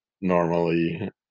normally